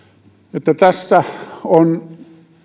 tässä